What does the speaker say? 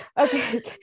Okay